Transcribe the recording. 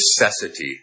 necessity